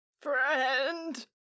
friend